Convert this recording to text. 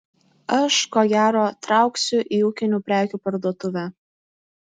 aš ko gero trauksiu į ūkinių prekių parduotuvę